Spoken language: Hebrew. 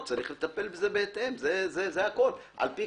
העניין